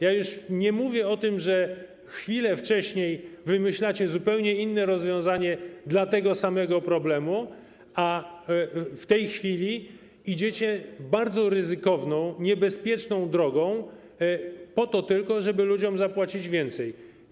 Ja już nie mówię o tym, że chwilę wcześniej wymyślacie zupełnie inne rozwiązanie dla tego samego problemu, a w tej chwili idziecie bardzo ryzykowaną, niebezpieczną drogą po to tylko, żeby ludziom zapłacić więcej.